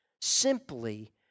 simply